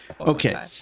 Okay